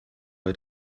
bei